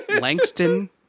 Langston